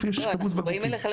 לא, אנחנו באים אליך לשבת.